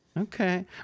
Okay